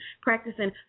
practicing